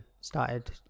started